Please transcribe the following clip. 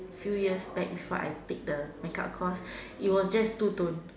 few years back before I take the makeup course it was just two tone